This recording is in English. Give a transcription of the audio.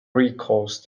recalls